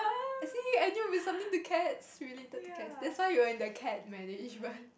I see I knew with something the cats related to cats that's why you're in the cat management